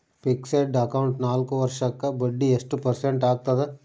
Fixed account ನಾಲ್ಕು ವರ್ಷಕ್ಕ ಬಡ್ಡಿ ಎಷ್ಟು ಪರ್ಸೆಂಟ್ ಆಗ್ತದ?